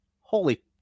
Holy